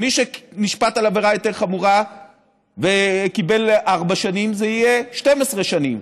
מי שנשפט על עבירה יותר חמורה וקיבל ארבע שנים זה יהיה 12 שנים,